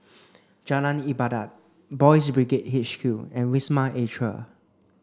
Jalan Ibadat Boys' Brigade H Q and Wisma Atria